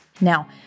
Now